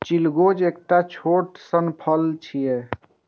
चिलगोजा एकटा छोट सन फल छियै